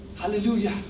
Hallelujah